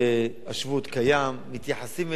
מתייחסים אליו כאילו הוא חוק-יסוד.